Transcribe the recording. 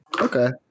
okay